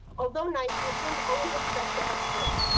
although nice, we shouldn't always expect to have choice.